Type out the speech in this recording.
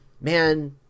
Man